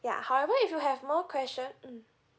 yeah however if you have more question mm